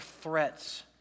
threats